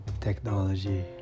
technology